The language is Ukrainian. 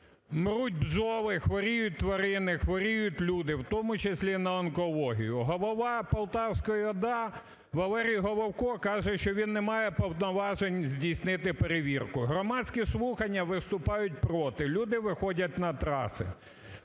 Мруть бджоли, хворіють тварини, хворію люди, в тому числі на онкологію. Голова Полтавської ОДА Валерій Головко каже, що він не має повноважень здійснити перевірку. Громадські слухання виступають проти, люди виходять на трасу.